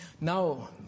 Now